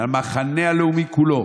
על המחנה הלאומי כולו,